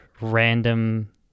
random